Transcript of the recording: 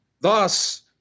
Thus